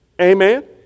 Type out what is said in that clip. Amen